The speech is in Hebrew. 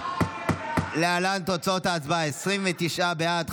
להלן תוצאות ההצבעה: 29 בעד,